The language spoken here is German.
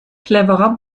cleverer